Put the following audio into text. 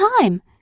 time